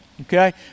Okay